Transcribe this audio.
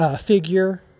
figure